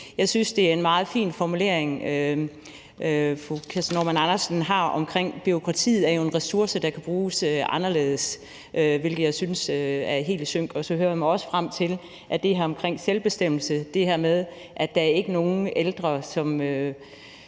Jeg synes, det var en meget fin formulering, fru Kirsten Normann Andersen havde, nemlig at bureaukratiet jo er en ressource, der kan bruges anderledes. Det synes jeg er helt i sync. Så hører jeg mig også frem til det her omkring selvbestemmelse. At der ikke er nogen ældre, som